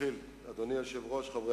חרף